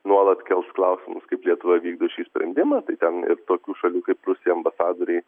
nuolat kels klausimus kaip lietuva vykdo šį sprendimą tai ten tokių šalių kaip rusija ambasadoriai